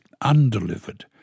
undelivered